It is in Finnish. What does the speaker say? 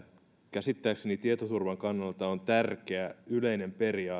käsittääkseni tietoturvan kannalta on tärkeä yleinen